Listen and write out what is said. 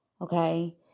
okay